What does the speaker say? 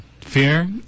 Fear